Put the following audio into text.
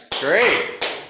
Great